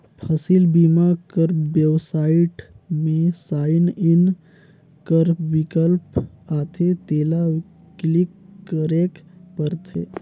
फसिल बीमा कर बेबसाइट में साइन इन कर बिकल्प आथे तेला क्लिक करेक परथे